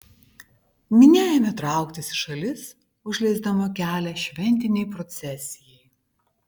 minia ėmė trauktis į šalis užleisdama kelią šventinei procesijai